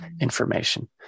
information